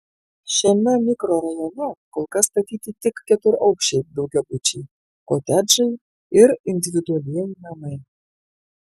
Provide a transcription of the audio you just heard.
šiame mikrorajone kol kas statyti tik keturaukščiai daugiabučiai kotedžai ir individualieji namai